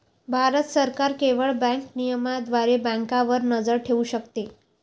भारत सरकार केवळ बँक नियमनाद्वारे बँकांवर नजर ठेवू शकते